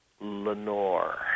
Lenore